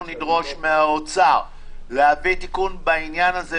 נדרוש מהאוצר להביא תיקון בעניין הזה.